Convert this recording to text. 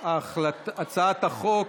החוק